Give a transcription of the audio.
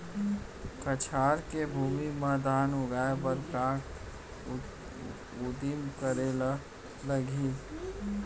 कछार के भूमि मा धान उगाए बर का का उदिम करे ला लागही?